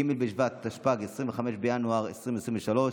ג' בשבט התשפ"ג, 25 בינואר 2023,